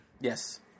Yes